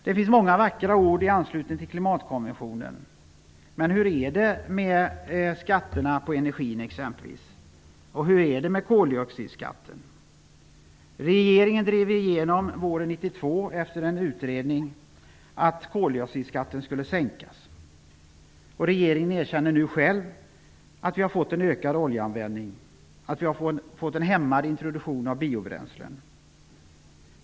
Det finns många vackra ord i anslutning till klimatkonventionen, men hur är det med skatterna på exempelvis energin? Hur är det med koldioxidskatten? Regeringen drev våren 1992, efter en utredning, igenom att koldioxidskatten skulle sänkas. Regeringen erkänner själv att det har blivit en ökad oljeanvändning och att det har blivit en hämmad introduktion av biobränslen.